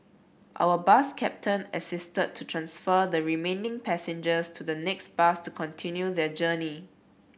our bus captain assisted to transfer the remaining passengers to the next bus to continue their journey